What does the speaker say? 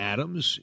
Adams